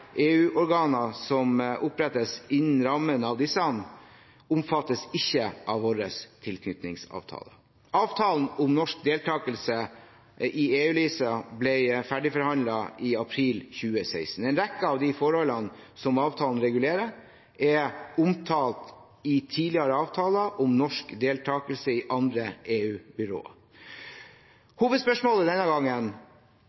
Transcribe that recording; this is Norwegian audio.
EU-organer som opprettes innen rammen av disse, omfattes ikke av vår tilknytningsavtale. Avtalen om norsk deltakelse i eu-LISA ble ferdigforhandlet i april 2016. En rekke av forholdene som avtalen regulerer, er omtalt i tidligere avtaler om norsk deltakelse i andre